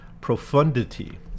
profundity